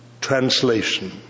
translation